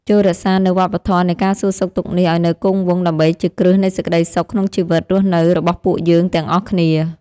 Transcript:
ចូររក្សានូវវប្បធម៌នៃការសួរសុខទុក្ខនេះឱ្យនៅគង់វង្សដើម្បីជាគ្រឹះនៃសេចក្តីសុខក្នុងជីវិតរស់នៅរបស់ពួកយើងទាំងអស់គ្នា។